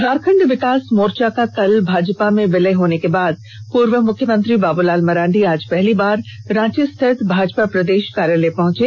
झारखंड विकास मोर्चा का कल भाजपा में विलय होने के बाद पूर्व मुख्यमंत्री बाबूलाल मरांडी आज पहली बार रांची स्थित भाजपा प्रदेष कार्यालय पहंचे